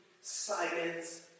silence